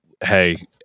Hey